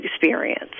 experience